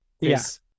Yes